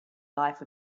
life